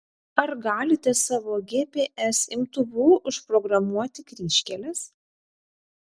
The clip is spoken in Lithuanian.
ar galite savo gps imtuvu užprogramuoti kryžkeles